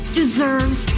deserves